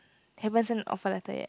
haven send offer letter yet